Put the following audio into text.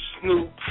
Snoop